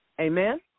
Amen